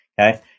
Okay